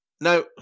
Now